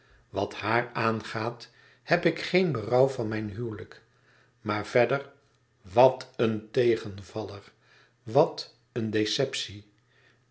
wat haar aangaat heb ik geen berouw van mijn huwelijk maar verder wat een tegenvaller wat een deceptie